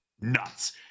nuts